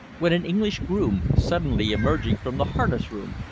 when an english groom, suddenly emerging from the harness-room,